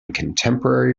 contemporary